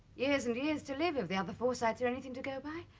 years and years to live if the other forsytes are anything to go by.